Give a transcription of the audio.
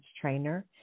trainer